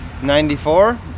94